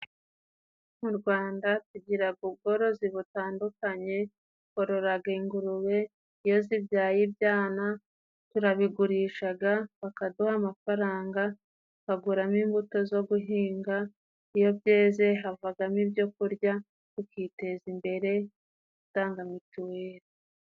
Mu Rwanda tugiraga ubworozi butandukanye twororaraga ingurube iyo zibyaye ibyana turabigurishaga bakaduha amafaranga tukaguramo imbuto zo guhinga iyo byeze havagamo ibyo kurya tukiteza imbere dutanga mituweli.